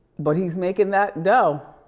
but he's making that dough.